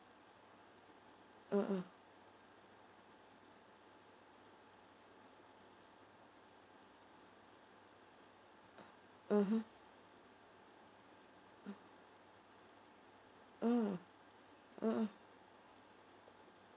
mmhmm mmhmm mm mmhmm